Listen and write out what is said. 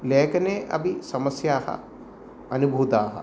लेख़ने अपि समस्याः अनुभूताः